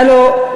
הלוא,